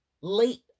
late